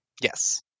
Yes